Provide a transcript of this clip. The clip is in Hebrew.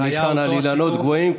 אני נשען על אילנות גבוהים,